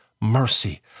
mercy